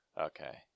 okay